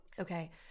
Okay